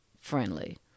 friendly